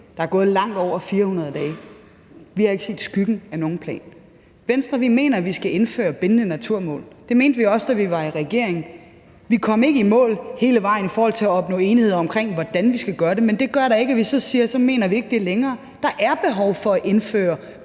Der er gået langt over 400 dage; vi har ikke set skyggen af nogen plan. I Venstre mener vi, at vi skal indføre bindende naturmål. Det mente vi også, da vi var i regering. Vi kom ikke i mål hele vejen i forhold til at opnå enighed omkring, hvordan vi skal gøre det, men det gør da ikke, at vi så siger: Så mener vi ikke det længere. For der er behov for at indføre